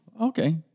Okay